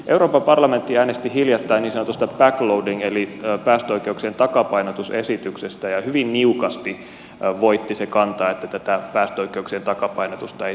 euroopan parlamentti äänesti hiljattain niin sanotusta backloading eli päästöoikeuksien takapainotusesityksestä ja hyvin niukasti voitti se kanta että tätä päästöoikeuksien takapainotusta ei tehty